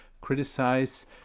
criticize